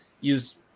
use